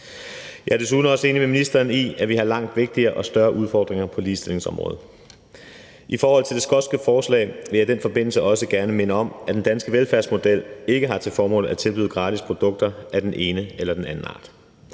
Jeg er desuden også enig med ministeren i, at vi har langt vigtigere og større udfordringer på ligestillingsområdet. I forhold til det skotske forslag vil jeg i den forbindelse også gerne minde om, at den danske velfærdsmodel ikke har til formål at tilbyde gratis produkter af den ene eller den anden art.